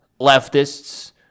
leftists